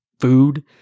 food